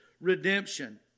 redemption